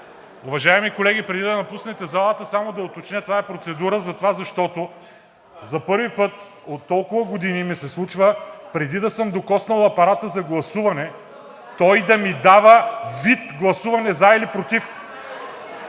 Уважаеми колеги, преди да напуснете залата, само да уточня – това е процедура, защото за първи път от толкова години ми се случва, преди да съм докоснал апарата за гласуване, той да ми дава вид гласуване за и против.